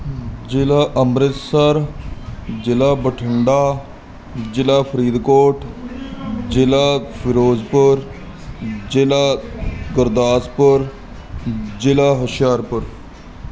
ਜ਼ਿਲ੍ਹਾ ਅੰਮ੍ਰਿਤਸਰ ਜ਼ਿਲ੍ਹਾ ਬਠਿੰਡਾ ਜ਼ਿਲ੍ਹਾ ਫਰੀਦਕੋਟ ਜ਼ਿਲ੍ਹਾ ਫਿਰੋਜ਼ਪੁਰ ਜ਼ਿਲ੍ਹਾ ਗੁਰਦਾਸਪੁਰ ਜ਼ਿਲ੍ਹਾ ਹੁਸ਼ਿਆਰਪੁਰ